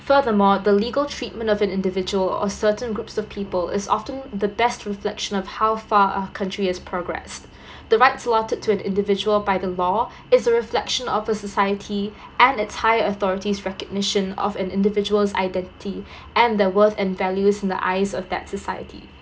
furthermore the legal treatment of an individual or certain groups of people is often the best reflection of how far a country has progressed the rights allotted to an individual by the law is a reflection of a society and it's high authority's recognition of an individual's identity and their worth and value in the eyes of that society